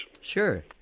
Sure